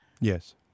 Yes